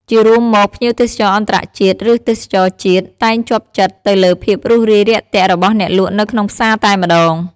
ជារួមមក ភ្ញៀវទេសចរអន្តរជាតិឬទេសចរជាតិ តែងជាប់ចិត្តទៅលើភាពរួសរាយរាក់ទាក់របស់អ្នកលក់នៅក្នុងផ្សារតែម្តង។